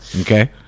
Okay